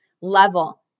level